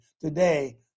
Today